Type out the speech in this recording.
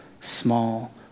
small